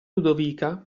ludovica